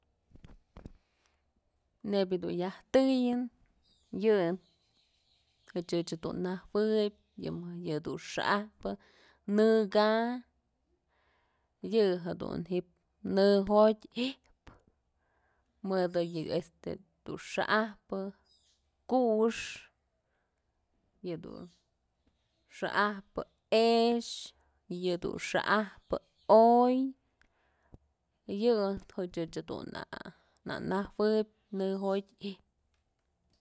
Neyb jedun yaj tëyën yë ëch jadun najueb yëdun xa'ajpë nëka'a yë jedun ji'ib nëjotyë ijpë mëdë yë este dun xa'ajpë kuxë, yëdun wa'ajpë e'exë y yëdun xa'ajpë o'oy yë ëch dun na najueb nëjotyë ijpë.